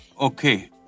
Okay